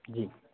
जी